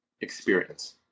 experience